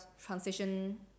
transition